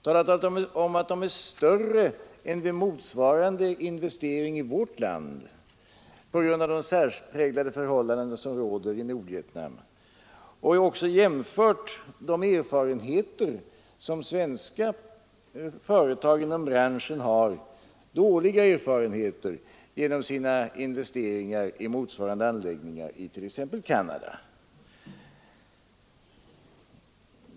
Jag har talat om att de är större än vid motsvarande investering i vårt land på grund av de särpräglade förhållanden som råder i Nordvietnam. Jag har också refererat till de dåliga erfarenheter som svenska företag i branschen har av investeringar i motsvarande anläggningar i t.ex. Canada.